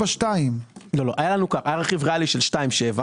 4.2%. היה לנו רכיב ריאלי של 2.7%,